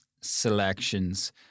selections